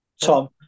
Tom